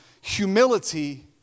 humility